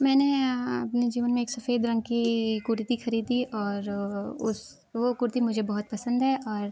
मैंने अपने जीवन में एक सफेद रंग की कुर्ती खरीदी और उस वो कुर्ती मुझे बहुत पसंद है और